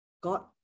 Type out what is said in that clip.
God